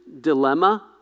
dilemma